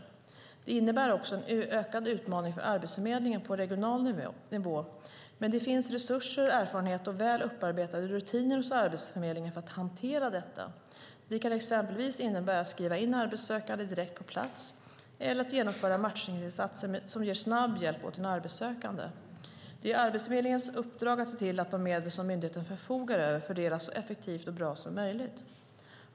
Detta innebär också en ökad utmaning för Arbetsförmedlingen på regional nivå, men det finns resurser, erfarenhet och väl upparbetade rutiner hos Arbetsförmedlingen för att hantera detta. Det kan exempelvis innebära att skriva in arbetssökande direkt på plats eller att genomföra matchningsinsatser som ger snabb hjälp åt den arbetssökande. Det är Arbetsförmedlingens uppdrag att se till att de medel som myndigheten förfogar över fördelas så effektivt och bra som möjligt.